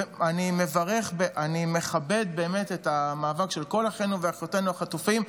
אני באמת מכבד את המאבק על כל אחינו ואחיותינו החטופים.